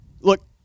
Look